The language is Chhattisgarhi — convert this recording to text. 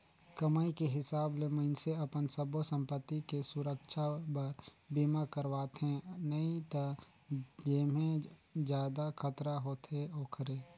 कमाई के हिसाब ले मइनसे अपन सब्बो संपति के सुरक्छा बर बीमा करवाथें नई त जेम्हे जादा खतरा होथे ओखरे